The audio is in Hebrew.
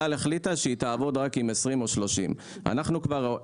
כלל החליטה שהיא תעבוד רק עם 20 או 30. אגב,